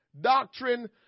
doctrine